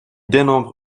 dénombre